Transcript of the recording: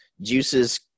Juice's